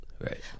Right